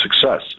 success